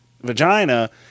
vagina